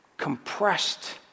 compressed